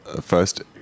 first